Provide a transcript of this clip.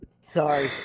Sorry